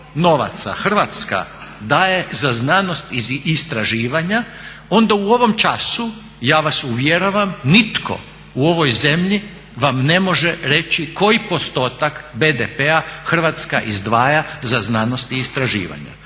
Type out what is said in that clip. Hrvatska daje za znanost i istraživanja onda u ovom času ja vas uvjeravam, nitko u ovoj zemlji vam ne može reći koji postotak BDP-a Hrvatska izdvaja za znanost i istraživanja.